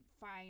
fine